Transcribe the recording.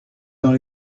dans